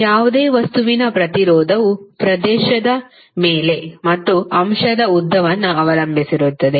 ಯಾವುದೇ ವಸ್ತುವಿನ ಪ್ರತಿರೋಧವು ಪ್ರದೇಶದ ಮೇಲೆ ಮತ್ತು ಅಂಶದ ಉದ್ದವನ್ನು ಅವಲಂಬಿಸಿರುತ್ತದೆ